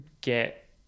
get